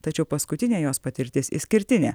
tačiau paskutinė jos patirtis išskirtinė